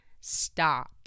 stop